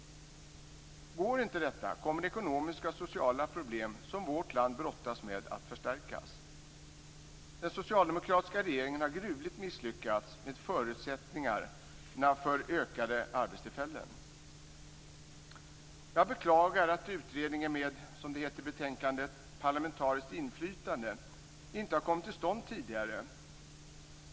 Går inte detta kommer de ekonomiska och sociala problem som vårt land brottas med att förstärkas. Den socialdemokratiska regeringen har gruvligt misslyckats med förutsättningarna för ökat antal arbetstillfällen. Jag beklagar att utredningen med parlamentariskt inflytande, som det heter i betänkandet, inte har kommit till stånd tidigare.